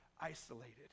isolated